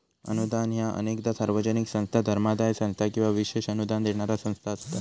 अनुदान ह्या अनेकदा सार्वजनिक संस्था, धर्मादाय संस्था किंवा विशेष अनुदान देणारा संस्था असता